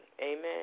Amen